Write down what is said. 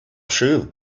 шыв